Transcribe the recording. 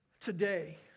Today